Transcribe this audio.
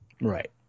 right